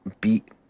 beat